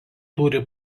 turi